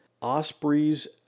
ospreys